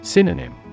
Synonym